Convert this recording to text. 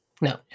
No